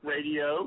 Radio